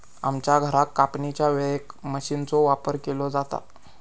आमच्या घरात कापणीच्या वेळेक मशीनचो वापर केलो जाता